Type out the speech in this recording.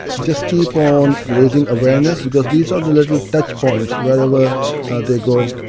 just keep on raising awareness because these are the little touch-points wherever they go,